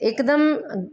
એકદમ